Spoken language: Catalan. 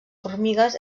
formigues